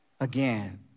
again